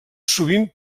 sovint